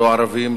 לא ערבים,